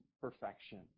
perfection